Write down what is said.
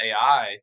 AI